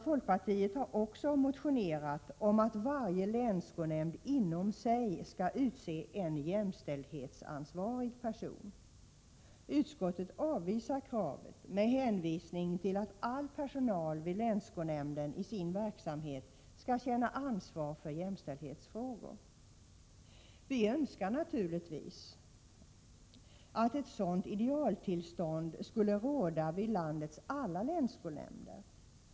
Folkpartiet har också motionerat om att varje länsskolnämnd inom sig skall utse en jämställdhetsansvarig person. Utskottet avvisar kravet med hänvisning till att all personal vid länsskolnämnden i sin verksamhet skall känna ansvar för jämställdhetsfrågor. Vi önskar naturligtvis att ett sådant idealtillstånd skulle råda vid landets alla länsskolnämnder.